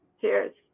cheers